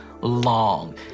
long